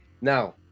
Now